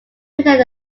painting